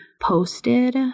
posted